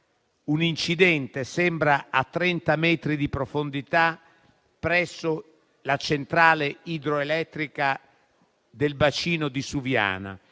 un incidente - sembra a 30 metri di profondità - presso la centrale idroelettrica del bacino di Suviana.